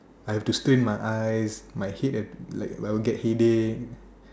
I have to strain my eyes my head and like I will like get headache